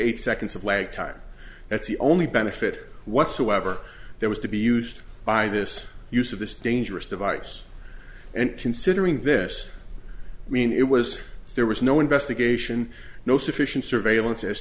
eight seconds of lag time that's the only benefit whatsoever there was to be used by this use of this dangerous device and considering this i mean it was there was no investigation no sufficient surveillance as